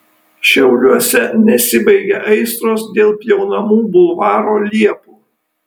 šiauliuose nesibaigia aistros dėl pjaunamų bulvaro liepų